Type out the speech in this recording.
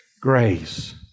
Grace